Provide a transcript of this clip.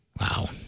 Wow